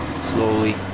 slowly